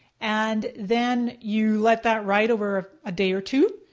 and then you let that ride over a day or two.